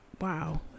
Wow